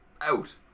out